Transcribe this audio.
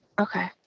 Okay